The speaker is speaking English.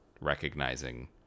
recognizing